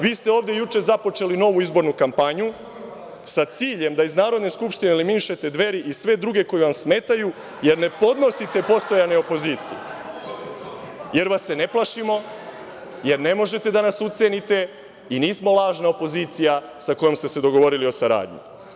Vi ste ovde juče započeli novu izbornu kampanju, sa ciljem da iz Narodne skupštine eliminišete Dveri i sve druge koji vam smetaju, jer ne podnosite postojane opozicije, jer vas se ne plašimo, jer ne možete da nas ucenite i nismo lažna opozicija sa kojom ste se dogovorili o saradnji.